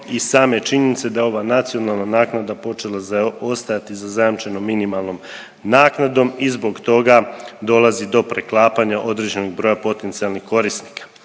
i same činjenice da je ova nacionalna naknada počela zaostajati i za zajamčenom minimalnom naknadom i zbog toga dolazi do preklapanja određenog broja potencijalnih korisnika.